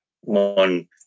one